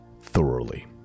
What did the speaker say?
thoroughly